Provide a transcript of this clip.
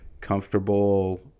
Comfortable